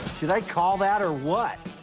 did i call that or what?